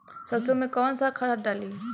सरसो में कवन सा खाद डाली?